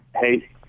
hey